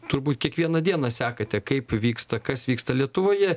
turbūt kiekvieną dieną sekate kaip vyksta kas vyksta lietuvoje